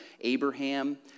Abraham